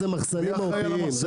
זה